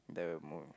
the more